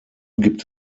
gibt